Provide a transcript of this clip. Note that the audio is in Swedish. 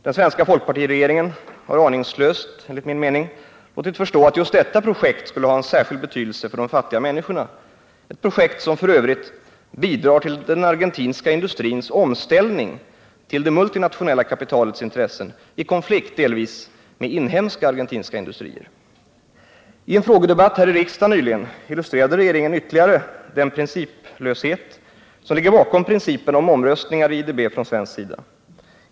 Den svenska folkpartiregeringen har aningslöst, enligt min mening, låtit förstå att just detta projekt skulle ha en särskild betydelse för de fattiga människorna — ett projekt som f. ö. bidrar till den argentiska industrins omställning till det multinationella kapitalets intressen i konflikt delvis med inhemska argentiska industrier. I en frågedebatt här i riksdagen nyligen illustrerade regeringen ytterligare den principlöshet som ligger bakom principerna om omröstningar i IDB från svensk sida.